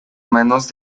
manos